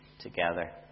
together